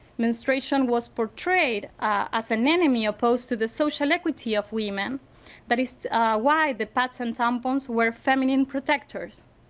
menstruation was portrayed as an enemy opposed to the social equity of women that is why the patent tampons were feminine protectors.